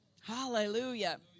Hallelujah